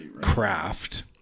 craft